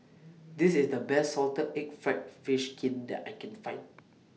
This IS The Best Salted Egg Fried Fish Skin that I Can Find